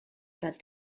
but